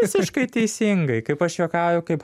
visiškai teisingai kaip aš juokauju kaip